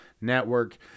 Network